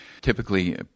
Typically